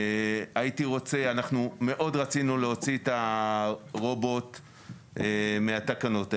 אנחנו מאוד רצינו להוציא את הרובוט מהתקנות האלה,